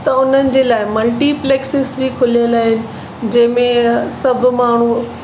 त उन्हनि जे लाइ मल्टीपलैक्सिस बि खुलियलु आहिनि जंहिंमें सभु माण्हू